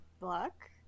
luck